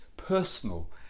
personal